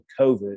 COVID